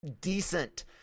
decent